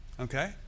Okay